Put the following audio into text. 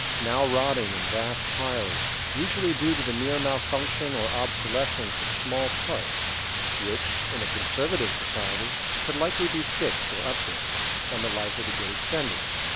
now rotting in vast piles usually due to the mere malfunction or obsolescence of small parts which, in a conservative society could likely be fixed or updated and the life of the good extended.